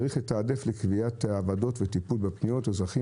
צריך לתעדף לקביעת הוועדות ולטיפול בפניות אזרחים